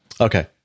Okay